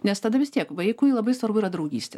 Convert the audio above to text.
nes tada vis tiek vaikui labai svarbu yra draugystė